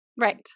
Right